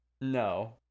No